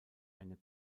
eine